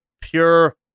pure